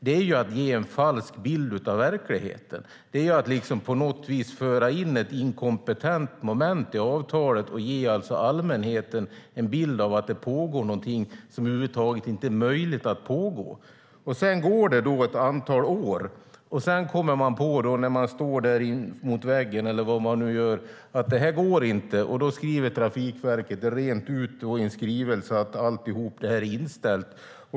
Det är att ge en falsk bild av verkligheten. Det är att på något vis föra in ett inkompetent moment i avtalet och ge allmänheten en bild av att det pågår någonting som omöjligt kan pågå. Sedan går det ett antal år, och man kommer på, när man står där mot väggen eller vad man nu gör, att det här inte går. Då skriver Trafikverket rent ut i en skrivelse att alltihop är inställt.